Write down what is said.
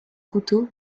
couteau